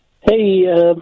Hey